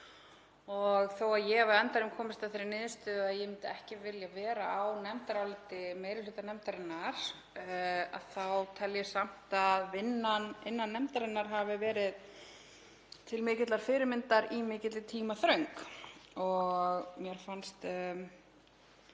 Þó að ég hafi á endanum komist að þeirri niðurstöðu að ég myndi ekki vilja vera á nefndaráliti meiri hluta nefndarinnar þá tel ég samt að vinnan innan nefndarinnar hafi verið til mikillar fyrirmyndar í mikilli tímaþröng. Mér fannst